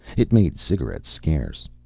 it made cigarettes scarce.